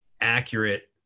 accurate